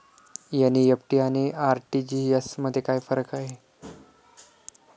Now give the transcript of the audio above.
NEFT आणि RTGS मध्ये काय फरक आहे?